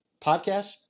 podcast